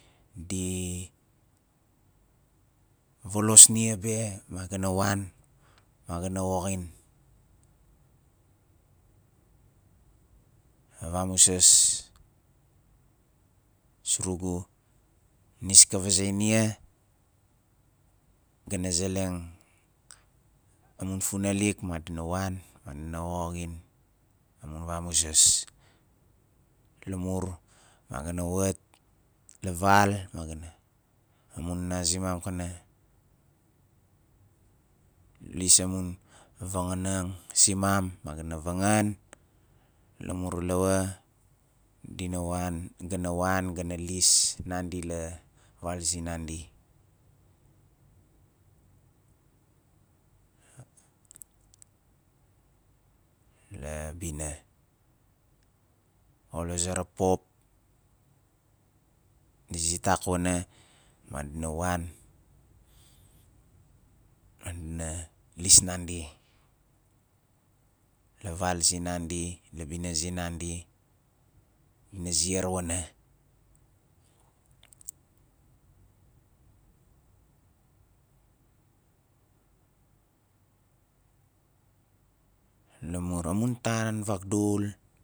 Di volos nia be ma ga na wan ma ga na woxin a vamuzas surugu nis ka vazei nia ga na zeleng amun funalik madina wan madina woxin amun vamuzas lamur ma ga na wat la val ma ga na amun nana zimam ka na lis amun vangaaneng simam ma ga na vangaan lamur lawa diva wan ga na wan ga na lis nandi la val zinandi la bina 0 la zera pop di zitak wana madina wan madina lis nandi la val zinandi la bina zinandi dina ziar wana lamur amun tan vagdul